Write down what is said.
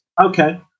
okay